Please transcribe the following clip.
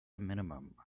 minimum